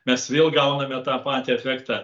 mes vėl gauname tą patį efektą